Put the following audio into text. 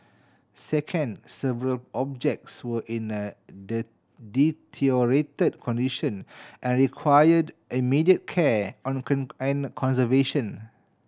second several objects were in a the deteriorated condition and required immediate care on and conservation